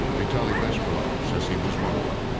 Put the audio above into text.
vitaly bespalov says he was one of them.